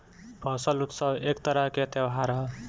फसल उत्सव एक तरह के त्योहार ह